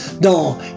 dans